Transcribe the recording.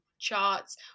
charts